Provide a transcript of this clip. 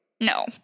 no